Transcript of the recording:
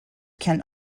can